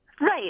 Right